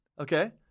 Okay